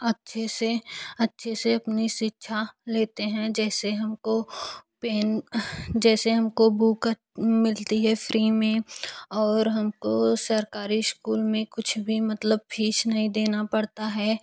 अच्छे से अच्छे से अपनी शिक्षा लेते हैं जैसे हमको पहन जैसे हमको बुक मिलती है फ़्री में और हमको सरकारी इस्कूल में कुछ भी मतलब फीस नहीं देना पड़ता है